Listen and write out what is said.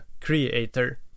Creator